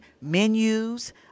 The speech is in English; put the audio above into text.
menus